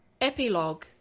Epilogue